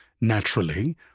naturally